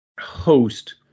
host